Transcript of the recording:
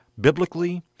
biblically